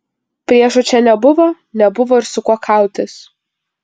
priešų čia nebuvo nebuvo ir su kuo kautis